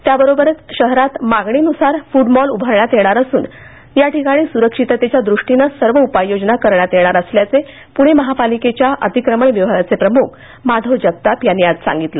त्याचबरोबर शहात मागणीनुसार फुडमॉल उभारण्यात येणार असून याठिकाणी सुरक्षिततेच्या दृष्टीने सर्व उपाययोजना करण्यात येणार असल्याचे पुणे महापालिकेच्या अतिक्रमण विभागाचे प्रमुख माधव जगताप यांनी आज सांगितलं